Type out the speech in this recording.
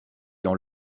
dans